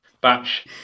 batch